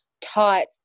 taught